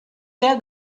der